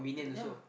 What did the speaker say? ya